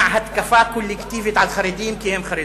התקפה קולקטיבית על חרדים כי הם חרדים.